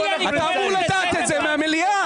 אתה אמור לדעת את זה מהמליאה,